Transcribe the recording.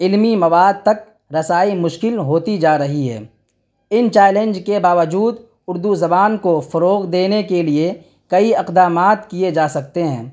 علمی مواد تک رسائی مشکل ہوتی جا رہی ہے ان چیلنج کے باوجود اردو زبان کو فروغ دینے کے لیے کئی اقدامات کیے جا سکتے ہیں